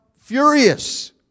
furious